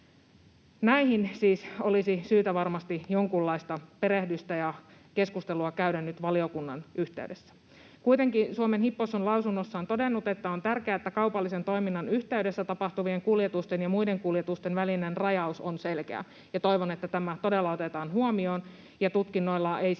Näihin siis olisi syytä varmasti jonkunlaista perehdytystä saada ja keskustelua käydä nyt valiokunnassa. Kuitenkin Suomen Hippos on lausunnossaan todennut, että on tärkeää, että kaupallisen toiminnan yhteydessä tapahtuvien kuljetusten ja muiden kuljetusten välinen rajaus on selkeä. Toivon, että tämä todella otetaan huomioon. Tutkintojen